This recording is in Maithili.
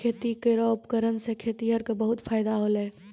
खेती केरो उपकरण सें खेतिहर क बहुत फायदा होलय